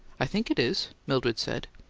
i think it is, mildred said.